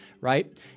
right